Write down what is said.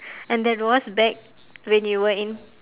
and that was back when you were in